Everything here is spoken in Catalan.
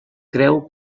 creu